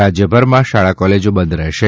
રાજ્યભરમાં શાળા કોલેજો બંધ રહેશે